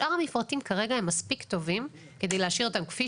שאר המפרטים כרגע הם מספיק טובים כדי להשאיר אותם כפי